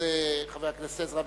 חבר הכנסת עזרא,